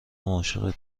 عاشق